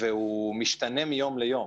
והוא משתנה מיום ליום.